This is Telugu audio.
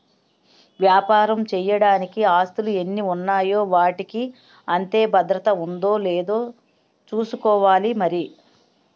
వ్యాపారం చెయ్యడానికి ఆస్తులు ఎన్ని ఉన్నాయో వాటికి అంతే భద్రత ఉందో లేదో చూసుకోవాలి మరి